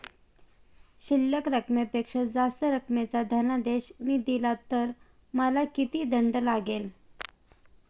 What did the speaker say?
शिल्लक रकमेपेक्षा जास्त रकमेचा धनादेश मी दिला तर मला किती दंड लागेल?